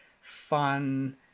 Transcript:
fun